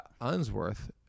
Unsworth